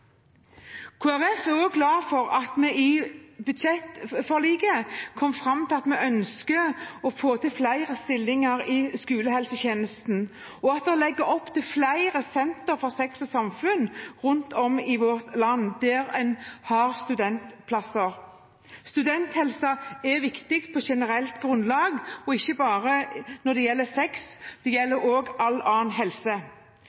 er også glad for at vi i budsjettforliket kom fram til at vi ønsker å få flere stillinger i skolehelsetjenesten, og at man legger opp til flere Sex og Samfunn-sentre rundt om i vårt land der man har studentplasser. Studenthelsen er viktig på generelt grunnlag, ikke bare når det gjelder sex, det